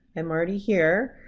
i'm already here,